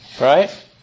Right